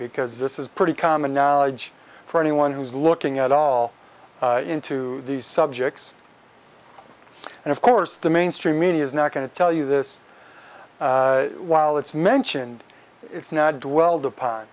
because this is pretty common knowledge for anyone who's looking at all into these subjects and of course the mainstream media is not going to tell you this while it's mentioned it's not dwelled upon